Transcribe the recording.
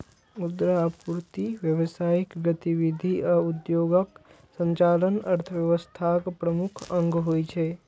मुद्रा आपूर्ति, व्यावसायिक गतिविधि आ उद्योगक संचालन अर्थव्यवस्थाक प्रमुख अंग होइ छै